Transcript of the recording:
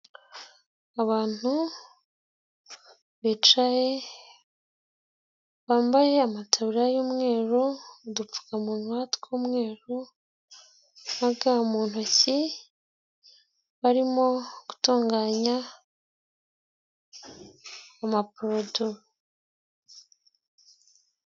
Abantu bicaye bambaye amataburiya y'umweru, udupfukamunwa tw'umweru na ga mu ntoki barimo gutunganya amaporoduwi.